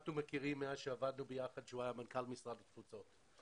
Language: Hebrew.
אנחנו מכירים מאז עבדנו ביחד כשהוא היה מנכ"ל משרד התפוצות.